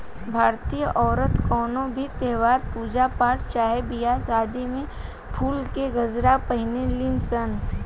भारतीय औरत कवनो भी त्यौहार, पूजा पाठ चाहे बियाह शादी में फुल के गजरा पहिने ली सन